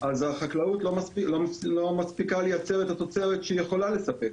החקלאות לא מספיקה לייצר את התוצרת שהיא יכולה לספק.